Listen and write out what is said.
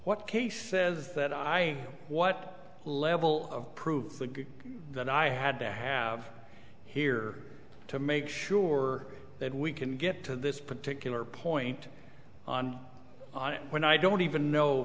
what kay says that i what level of proof that i had to have here to make sure that we can get to this particular point on it when i don't even know